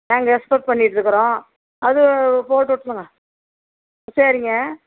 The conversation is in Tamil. நாங்கள் எக்ஸ்போர்ட் பண்ணிகிட்டு இருக்கிறோம் அது போட்டு விடலாமா சரிங்க